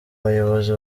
bayobozi